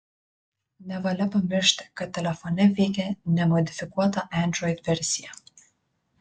nevalia pamiršti kad telefone veikia nemodifikuota android versija